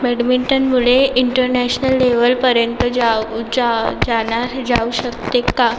बॅडमिंटनमुळे international लेवलपर्यंत जाऊ जा जाणार जाऊ शकते का